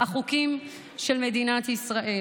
חוקי מדינת ישראל